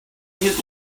his